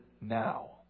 now